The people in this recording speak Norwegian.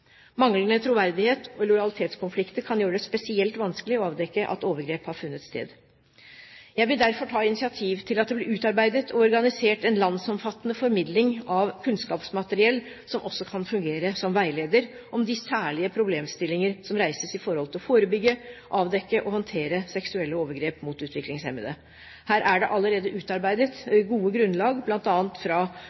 Manglende troverdighet og lojalitetskonflikter kan gjøre det spesielt vanskelig å avdekke at overgrep har funnet sted. Jeg vil derfor ta initiativ til at det blir utarbeidet og organisert en landsomfattende formidling av kunnskapsmateriell som også kan fungere som veileder om de særlige problemstillinger som reises i forhold til å forebygge, avdekke og håndtere seksuelle overgrep mot utviklingshemmede. Her er det allerede utarbeidet gode grunnlag, bl.a. fra